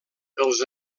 els